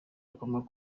rikomoka